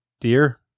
Dear